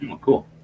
cool